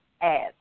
ads